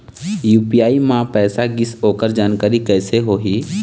UPI म पैसा गिस ओकर जानकारी कइसे होही?